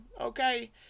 okay